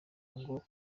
ngo